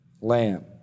lamb